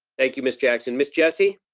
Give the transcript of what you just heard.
thank you, miss jackson. miss jessie?